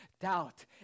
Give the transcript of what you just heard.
doubt